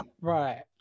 right